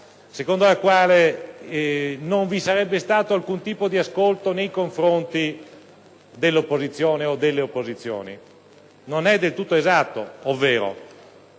secondo la quale non vi sarebbe stato alcun tipo di ascolto nei confronti dell'opposizione o delle opposizioni: anche se